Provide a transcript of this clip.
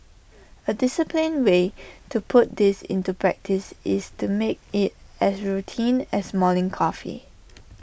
A disciplined way to put this into practice is to make IT as routine as morning coffee